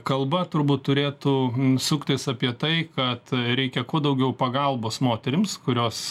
kalba turbūt turėtų suktis apie tai kad reikia kuo daugiau pagalbos moterims kurios